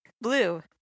Blue